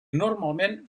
normalment